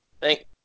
Thank